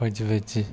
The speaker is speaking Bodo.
बायदि बायदि